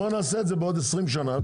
בואו נעשה את זה בעוד עשרים שנה,